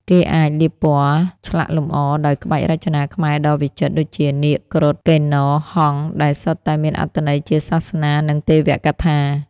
គេអាច លាបពណ៌ ឆ្លាក់លម្អដោយក្បាច់រចនាខ្មែរដ៏វិចិត្រ ដូចជា នាគ គ្រុឌ កិន្នរ ហង្ស ដែលសុទ្ធតែមានអត្ថន័យជាសាសនា និងទេវកថា។